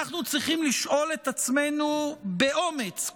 אנחנו צריכים לשאול את עצמנו באומץ,